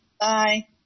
Bye